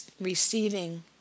receiving